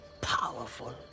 Powerful